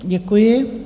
Děkuji.